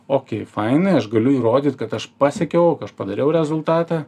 okei fainai aš galiu įrodyt kad aš pasiekiau k aš padariau rezultatą